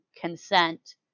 consent